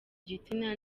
gitsina